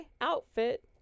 outfit